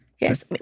Yes